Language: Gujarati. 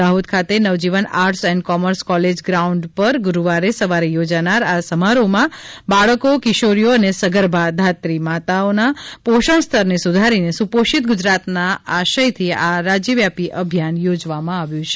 દાહોદ ખાતે Navjivan arts and commerce college ground પર ગુરૂવારે સવારે યોજાનાર આ સમારોહમાં બાળકો કિશોરીઓ અને સગર્ભા ધાત્રી માતાઓના પોષણસ્તરને સુધારીને સુપોષિત ગુજરાત ના આશયથી આ રાજ્યવ્યાપી અભિયાન યોજવામાં આવ્યું છે